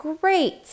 great